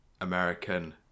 American